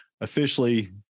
officially